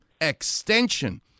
extension